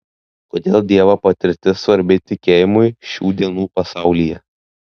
kodėl dievo patirtis svarbi tikėjimui šių dienų pasaulyje